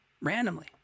randomly